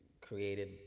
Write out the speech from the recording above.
created